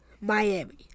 Miami